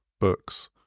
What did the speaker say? books